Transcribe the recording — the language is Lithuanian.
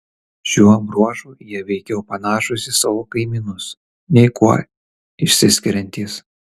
šiuo bruožu jie veikiau panašūs į savo kaimynus nei kuo išsiskiriantys